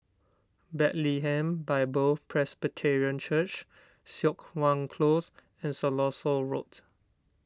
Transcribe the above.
Bethlehem Bible Presbyterian Church Siok Wan Close and Siloso Road